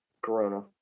Corona